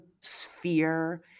sphere